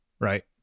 right